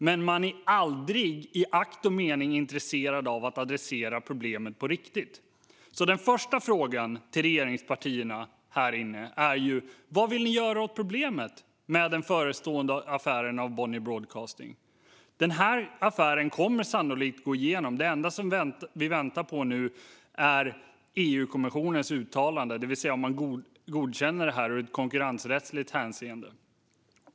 Men man är aldrig i akt och mening intresserad av att adressera problemet på riktigt. Den första frågan till regeringspartierna här i kammaren är: Vad vill ni göra åt problemet med den förestående affären av Bonnier Broadcasting? Affären kommer sannolikt att gå igenom. Det enda vi väntar på är EU-kommissionens uttalande, det vill säga om de godkänner det ur ett konkurrensrättsligt hänseende.